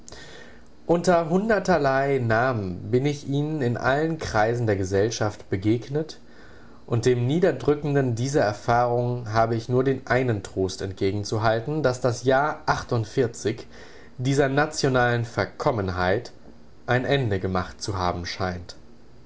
unter hunderterlei namen bin ich ihnen in allen kreisen der gesellschaft begegnet und dem niederdrückenden dieser erfahrung hab ich nur den einen trost entgegenzuhalten daß das jahr dieser nationalen verkommenheit ein ende gemacht zu haben scheint